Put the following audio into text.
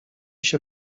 się